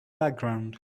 background